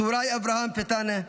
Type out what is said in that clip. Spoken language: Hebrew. טוראי אברהם פטנה,